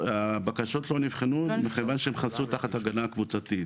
הבקשות לא נבחנו מכיוון שהם חסו תחת ההגנה הקבוצתית.